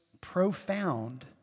profound